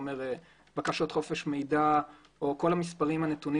בקשות חופש מידע וכל המספרים הנתונים